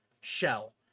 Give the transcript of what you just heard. shell